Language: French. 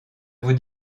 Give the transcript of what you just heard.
vous